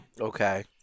Okay